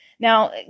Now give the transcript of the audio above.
Now